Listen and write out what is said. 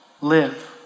live